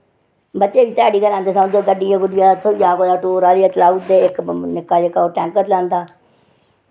बच्चे बी समझो ध्याड़ी गै लांदे गड्डियै दा फेरा थ्होई जा टूर आह्ली चलाई ओड़दे ते निक्का जेह्का ओह् टैंकर चलांदा